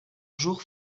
jour